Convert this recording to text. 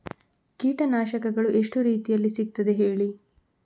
ಕೀಟನಾಶಕಗಳು ಎಷ್ಟು ರೀತಿಯಲ್ಲಿ ಸಿಗ್ತದ ಹೇಳಿ